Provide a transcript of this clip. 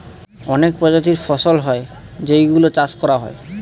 অনেক প্রজাতির ফসল হয় যেই গুলো চাষ করা হয়